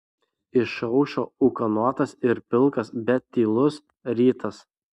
išaušo ūkanotas ir pilkas bet tylus rytas